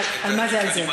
על מה זה, על זה?